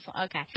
okay